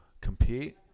compete